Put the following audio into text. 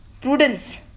Prudence